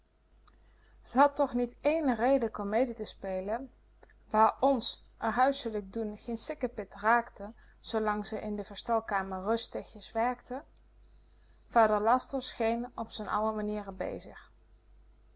toch niet één reden komedie te spelen waar ons r huiselijk doen geen sikkepit raakte zoolang ze in de verstelkamer rus werkte vader laster scheen op z'n ouwe manier bezig